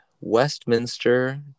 Westminster